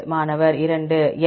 மாணவர் 2 L